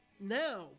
Now